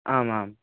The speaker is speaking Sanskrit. आम् आम्